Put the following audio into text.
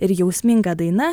ir jausminga daina